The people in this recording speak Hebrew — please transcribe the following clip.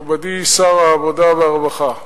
מכובדי שר העבודה והרווחה,